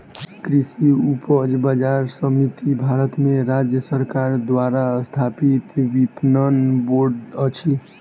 कृषि उपज बजार समिति भारत में राज्य सरकार द्वारा स्थापित विपणन बोर्ड अछि